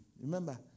Remember